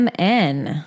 MN